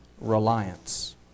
reliance